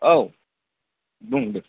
औ बुं दे